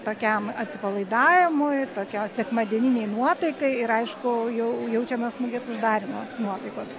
tokiam atsipalaidavimui tokiai sekmadieninei nuotaikai ir aišku jau jaučiamas mugės uždarymo nuotaikos